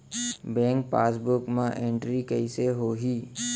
Bank passbook मा entry कइसे होही?